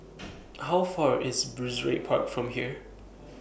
How Far IS Brizay Park from here